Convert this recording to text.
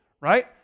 right